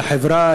החברה,